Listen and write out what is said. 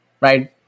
right